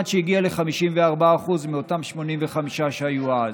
עד שהגיע ל-54% מאותם 85% שהיו אז.